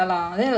nice